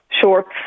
shorts